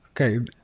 Okay